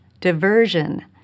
diversion